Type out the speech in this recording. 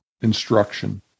instruction